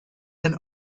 and